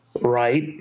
right